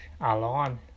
alone